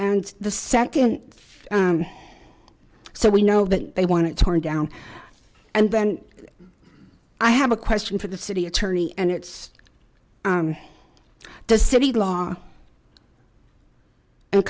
and the second so we know that they want it torn down and then i have a question for the city attorney and it's the city law and